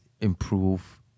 improve